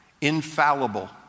infallible